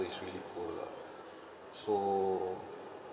is really poor lah so